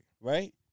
Right